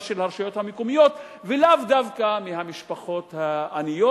של הרשויות המקומיות ולאו דווקא מהמשפחות העניות.